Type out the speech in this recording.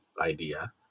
idea